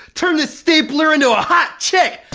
turn this stapler into a hot chick!